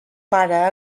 pare